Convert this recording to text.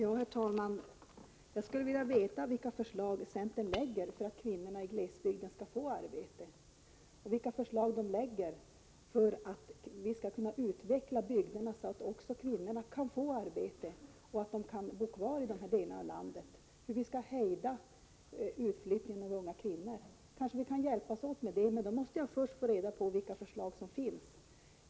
Herr talman! Jag skulle vilja veta vilka förslag centern lägger fram för att kvinnorna i glesbygden skall få arbete — och vilka förslag som centern lägger fram för att vi skall utveckla bygderna så att också kvinnorna kan få arbete och bo kvar i de här delarna av landet. Det gäller hur vi skall kunna hejda utflyttningen av unga kvinnor. Kanske vi kan hjälpas åt med det. Men då måste jag först få reda på vilka förslag som finns.